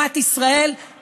במדינת ישראל,